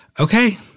okay